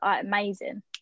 amazing